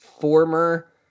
former